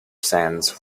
sands